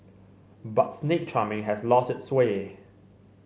but snake charming has lost its sway